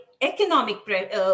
economic